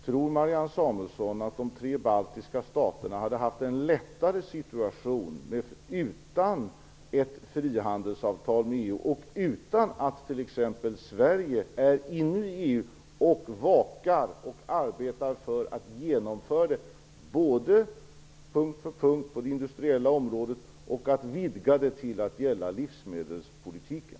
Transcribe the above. Tror Marianne Samuelsson att de tre baltiska staterna skulle ha en lättare situation utan ett frihandelsavtal med EU eller utan att t.ex. Sverige inne i EU arbetade för att genomföra det punkt för punkt på det industriella området och för att vidga det till att gälla livsmedelspolitiken?